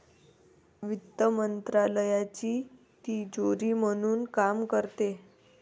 वित्त मंत्रालयाची तिजोरी म्हणून काम करते